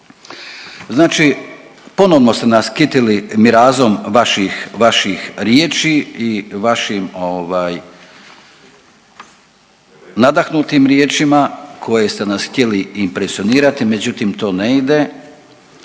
Znači, ponovno ste nas kitili mirazom vaših, vaših riječi i vašim ovaj nadahnutim riječima koje ste nas htjeli impresionirati, međutim to ne ide,